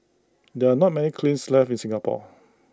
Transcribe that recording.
there are not many kilns left in Singapore